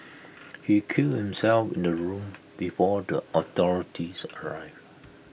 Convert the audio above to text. he killed himself in the room before the authorities arrived